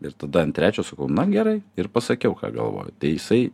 ir tada ant trečio sakau na gerai ir pasakiau ką galvoju tai jisai